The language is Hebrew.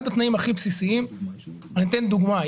אחד התנאים הכי בסיסיים ואני אתן דוגמה.